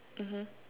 mmhmm